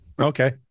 Okay